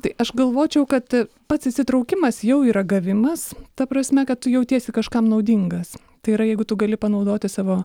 tai aš galvočiau kad pats įsitraukimas jau yra gavimas ta prasme kad tu jautiesi kažkam naudingas tai yra jeigu tu gali panaudoti savo